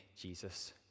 Jesus